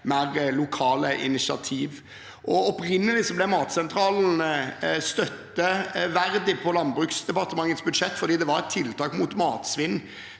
mer lokale initiativ. Opprinnelig fikk Matsentralen støtte fra Landbruksbruksdepartementets budsjett, fordi det var et tiltak mot matsvinn.